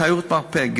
גם תיירות מרפא.